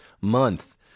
month